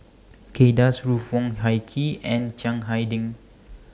Kay Das Ruth Wong Hie King and Chiang Hai Ding